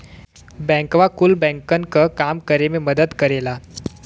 बैंकवा कुल बैंकन क काम करे मे मदद करेला